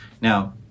Now